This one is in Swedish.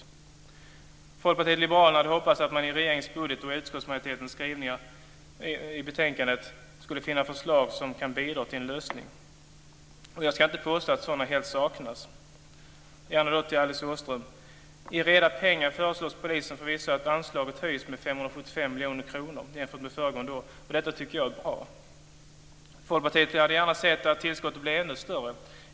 Vi i Folkpartiet liberalerna hade hoppats på att i regeringens budget och i utskottsmajoritetens skrivningar i betänkandet finna förslag som kan bidra till en lösning och jag ska inte påstå att sådana helt saknas - jag vänder mig då till Alice Åström. I reda pengar föreslås förvisso när det gäller polisen att anslaget höjs med 575 miljoner kronor jämfört med föregående år och det tycker jag är bra. Men vi i Folkpartiet hade gärna sett att tillskottet blev ännu större.